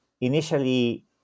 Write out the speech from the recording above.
initially